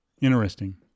interesting